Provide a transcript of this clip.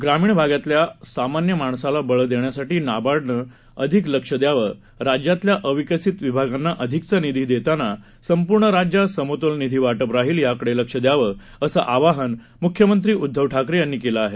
ग्रामीण भागातल्या सामान्य माणसाला बळ देण्यासाठी नाबार्डनं अधिक लक्ष द्यावं राज्यातल्या अविकसीत विभागांना अधिकचा निधी देताना संपूर्ण राज्यात समतोल निधी वाटप राहील याकडे लक्ष द्यावं असं आवाहन मुख्यमंत्री उद्दव ठाकरे यांनी केली आहे